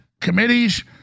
committees